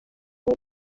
nayo